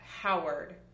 Howard